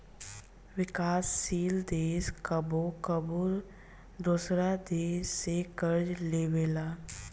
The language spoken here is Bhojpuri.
विकासशील देश कबो कबो दोसरा देश से कर्ज लेबेला